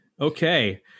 Okay